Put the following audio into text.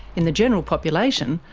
in the general population,